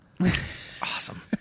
awesome